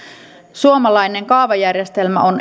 suomalainen kaavajärjestelmä on